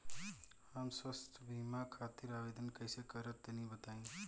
हम स्वास्थ्य बीमा खातिर आवेदन कइसे करि तनि बताई?